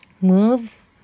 Move